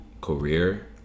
career